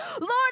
lord